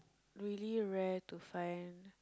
really rare to find